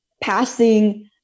passing